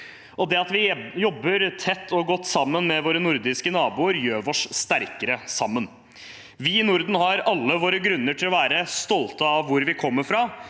Det at vi jobber tett og godt sammen med våre nordiske naboer, gjør oss sterkere sammen. Vi i Norden har alle våre grunner til å være stolte av hvor vi kommer fra,